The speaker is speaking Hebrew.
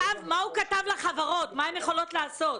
כתב לחברות לגבי מה הן יכולות לעשות.